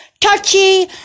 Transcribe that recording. touchy